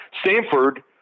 Stanford